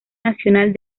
nacional